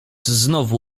znowu